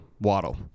Waddle